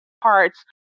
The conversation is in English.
parts